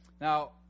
Now